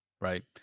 right